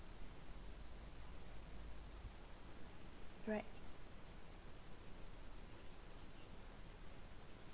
correct